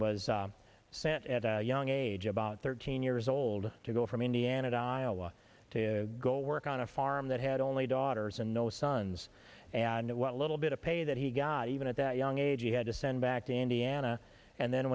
was sent at a young age about thirteen years old to go from indiana to iowa to go work on a farm that had only daughters and no sons and what little bit of pay that he got even at that young age he had to send back to indiana and then